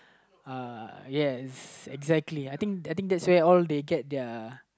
uh yes exactly I think I think that's where they all get their